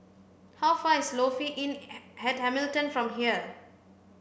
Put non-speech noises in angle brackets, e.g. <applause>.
how far is Lofi Inn <unintelligible> at Hamilton from here